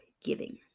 giving